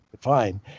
fine